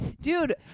dude